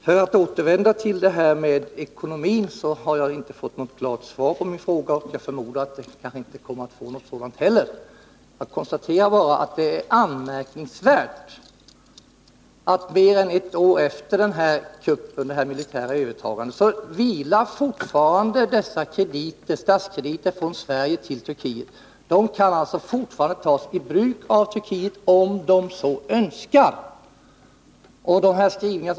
För att återvända till ekonomin har jag inte fått något klart svar på min fråga, och jag förmodar att jag inte kommer att få något sådant heller. Jag konstaterar bara att det är anmärkningsvärt att dessa statskrediter från Sverige fortfarande, mer än ett år efter militärkuppen, står till förfogande för Turkiet, om den turkiska regimen så önskar.